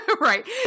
Right